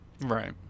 Right